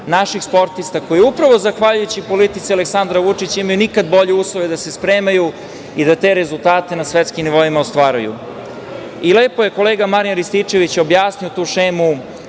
naših sportista koji upravo zahvaljujući politici Aleksandra Vučića imaju nikad bolje uslove da se spremaju i da te rezultate na svetskim nivoima ostvaruju. Lepo je kolega Marijan Rističević objasnio tu šemu